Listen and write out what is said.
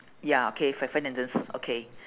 ya okay five sentences okay